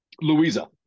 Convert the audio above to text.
Louisa